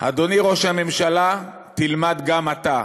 אדוני ראש הממשלה, תלמד גם אתה.